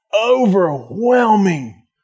overwhelming